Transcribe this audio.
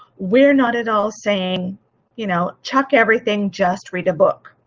we're not at all saying you know chuck everything, just read a book.